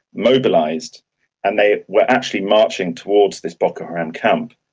mobilised and they were actually marching towards this boko haram camp,